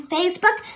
Facebook